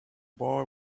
boy